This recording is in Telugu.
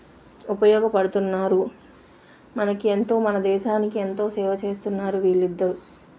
ఉపయోగపడుతున్నారు మనకి ఎంతో మన దేశానికి ఎంతో సేవ చేస్తున్నారు వీళ్ళిద్దరు